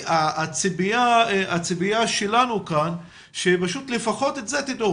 הציפיה שלנו כאן שפשוט לפחות את זה תדעו,